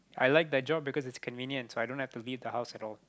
I like that job because it's convenient so i don't have to leave the house at all